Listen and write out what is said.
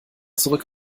zurück